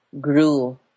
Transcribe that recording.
grew